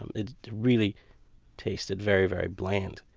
it really tasted very, very bland.